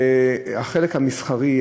החלק המסחרי,